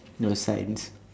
no science